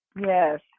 Yes